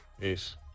peace